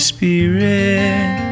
Spirit